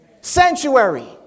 sanctuary